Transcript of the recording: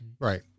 Right